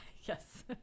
Yes